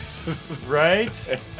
Right